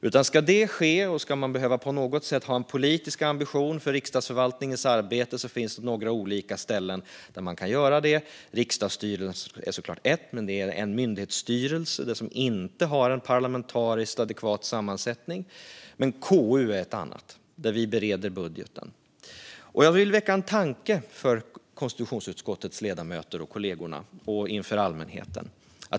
Om det ska ske och om man på något sätt ska ha en politisk ambition för Riksdagsförvaltningens arbete finns det några olika ställen där man kan göra det - riksdagsstyrelsen är såklart ett, men det är en myndighetsstyrelse som inte har en parlamentariskt adekvat sammansättning. Men KU, där budgeten bereds, är ett annat. Jag vill väcka en tanke hos konstitutionsutskottets ledamöter, kollegorna och allmänheten.